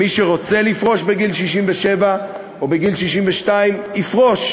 מי שרוצה לפרוש בגיל 67 או בגיל 62 יפרוש,